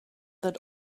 that